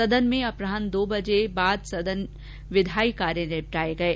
सदन में अपरान्ह दो बजे बाद सदन में विधायी कार्य निपटाये गये